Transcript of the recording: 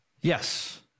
Yes